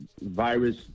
virus